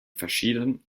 verschieden